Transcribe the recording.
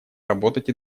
работать